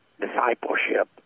discipleship